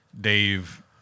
Dave